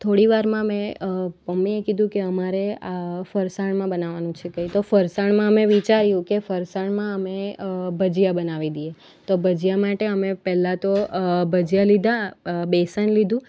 થોડીવારમાં મેં મમ્મીએ કીધું કે અમારે આ ફરસાણમાં બનાવાનું છે કંઈ તો ફરસાણમાં અમે વિચાર્યું કે ફરસાણમાં અમે ભજીયા બનાવી દીએ દઈએ તો ભજીયા માટે અમે પહેલાં તો ભજીયા લીધા બેસન લીધું